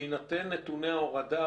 בהינתן נתוני ההורדה,